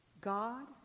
God